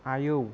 आयौ